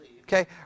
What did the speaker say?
Okay